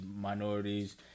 minorities